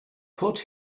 put